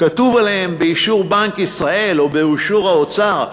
כתוב עליהם: באישור בנק ישראל, או באישור האוצר.